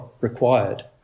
required